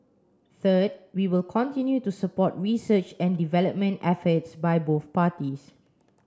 third we will continue to support research and development efforts by both parties